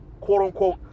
quote-unquote